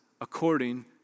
according